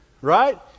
right